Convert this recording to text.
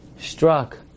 struck